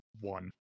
one